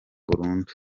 burundu